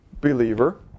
believer